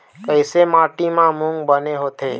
कइसे माटी म मूंग बने होथे?